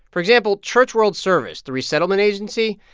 for example, church world service, the resettlement agency,